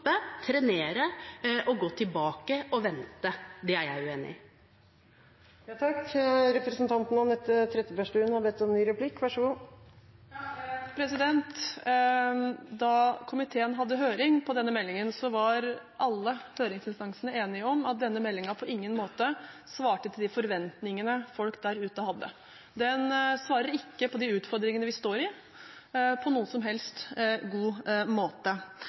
trenere, gå tilbake og vente. Det er jeg uenig i. Da komiteen hadde høring om denne meldingen, var alle høringsinstansene enige om at denne meldingen på ingen måte svarte til de forventningene folk der ute hadde. Den svarer ikke på de utfordringene vi står overfor på noen som helst god måte.